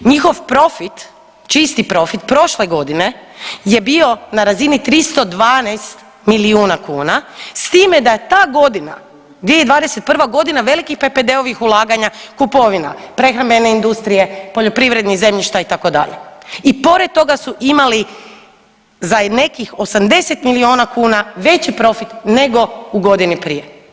Njihov profit, čisti profit prošle godine je bi na razini 312 milijuna kuna s time da je ta godina 2021.g. velikih PPD-ovih ulaganja kupovina prehrambene industrije, poljoprivrednih zemljišta itd. i pored toga su imali za nekih 80 milijuna kuna veći profit nego u godini prije.